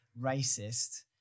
racist